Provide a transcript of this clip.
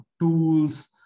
tools